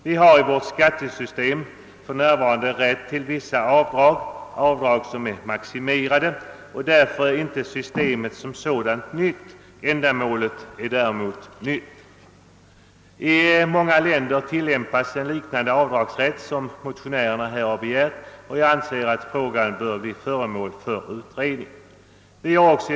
Vi har i vårt nuvarande skattesystem rätt att göra vissa maximerade avdrag, och systemet som sådant är alltså inte nytt. Däremot är ändamålet nytt. I många länder tillämpas i dag en avdragsrätt liknande den som motionärerna har begärt, och jag anser det därför vara befogat med en utredning.